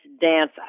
Dance